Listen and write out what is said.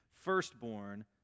firstborn